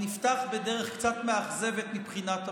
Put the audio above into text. נפתח בדרך קצת מאכזבת מבחינת המינוי,